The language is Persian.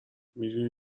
میدونی